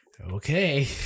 Okay